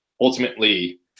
ultimately